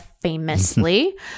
famously